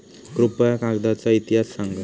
कृपया कागदाचा इतिहास सांगा